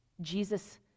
Jesus